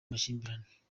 amakimbirane